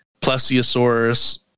Plesiosaurus